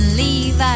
leave